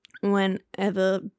whenever